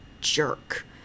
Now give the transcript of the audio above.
jerk